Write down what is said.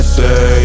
say